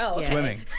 Swimming